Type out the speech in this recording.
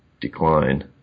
decline